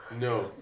No